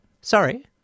Sorry